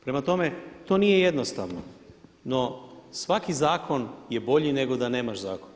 Prema tome, to nije jednostavno, no svaki zakon je bolji nego da nemaš zakon.